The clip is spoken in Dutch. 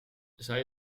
zij